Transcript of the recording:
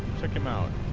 checking out